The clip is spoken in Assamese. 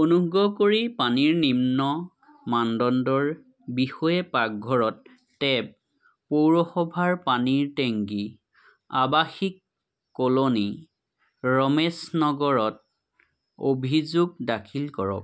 অনুগ্ৰহ কৰি পানীৰ নিম্ন মানদণ্ডৰ বিষয়ে পাকঘৰত টেপ পৌৰসভাৰ পানীৰ টেংকী আৱাসিক কল'নী ৰমেশ নগৰত অভিযোগ দাখিল কৰক